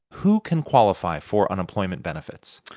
who can qualify for unemployment benefits?